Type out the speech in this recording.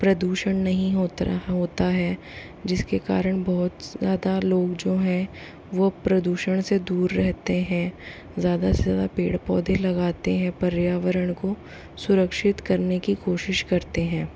प्रदूषण नहीं होत्रा होता है जिसके कारण बहुत ज़्यादा लोग जो हैं वो प्रदूषण से दूर रहते हैं ज़्यादा से ज़्यादा पेड़ पौधे लगाते हैं पर्यावरण को सुरक्षित करने की कोशिश करते हैं